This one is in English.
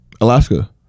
Alaska